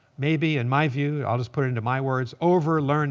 maybe in my view i'll just put into my words overlearning